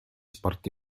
sport